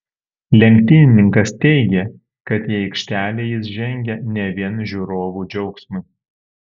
lenktynininkas teigė kad į aikštelę jis žengia ne vien žiūrovų džiaugsmui